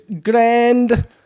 Grand